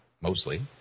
mostly